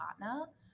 partner